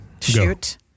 Shoot